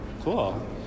cool